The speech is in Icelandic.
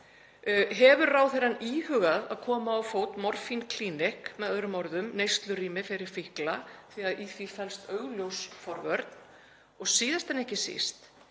Hefur ráðherrann íhugað að koma á fót morfínklíník, með öðrum orðum neyslurými fyrir fíkla, því í því felst augljós forvörn? Síðast en ekki síst: